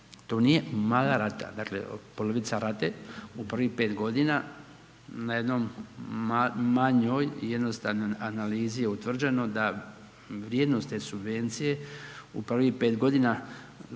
to nije mala rata, dakle, polovica rate u prvih 5.g. na jednoj manjoj jednostavnoj analizi je utvrđeno da vrijednost te subvencije u prvih 5.g.